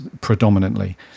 predominantly